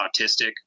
autistic